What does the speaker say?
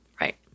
Right